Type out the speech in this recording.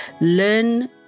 learn